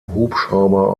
hubschrauber